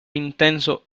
intenso